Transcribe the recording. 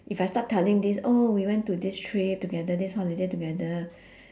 if I start telling this oh we went to this trip together this holiday together